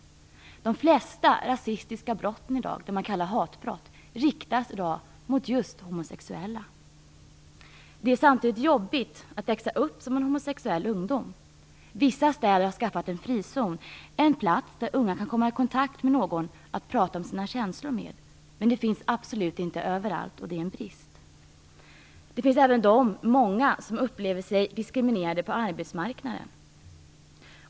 De flesta rasistiska brotten i dag, de s.k. hatbrotten, riktas i dag just mot homosexuella. Samtidigt är det jobbigt att växa upp som homosexuell ungdom. Vissa städer har skaffat sig en frizon, en plats där unga kan komma i kontakt med någon som de kan prata om sina känslor med. Men en sådan frizon finns absolut inte överallt. Detta är en brist. Många upplever sig också vara diskriminerade på arbetsmarknaden.